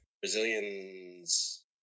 Brazilians